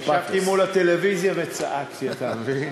ישבתי מול הטלוויזיה וצעקתי, אתה מבין?